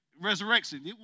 resurrection